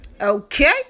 Okay